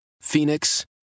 Phoenix